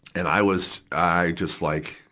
and i was, i just like,